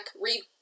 read